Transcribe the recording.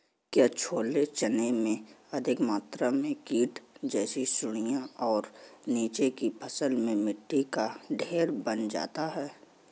क्या छोले चने में अधिक मात्रा में कीट जैसी सुड़ियां और नीचे की फसल में मिट्टी का ढेर बन जाता है?